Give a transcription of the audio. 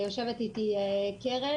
יושבת איתי קרן,